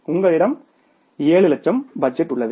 உங்களிடம் 7 லட்சம் பட்ஜெட் உள்ளது